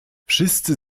wszyscy